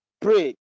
pray